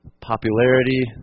Popularity